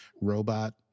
robot